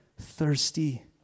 thirsty